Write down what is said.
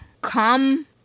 come